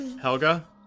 Helga